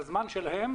נושא שלישי: